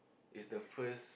is the first